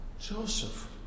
Joseph